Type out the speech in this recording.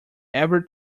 every